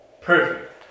Perfect